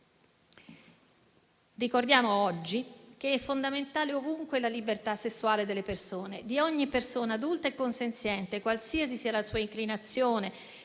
Ricordiamo oggi che è fondamentale ovunque la libertà sessuale delle persone, di ogni persona adulta e consenziente, qualsiasi sia la sua inclinazione,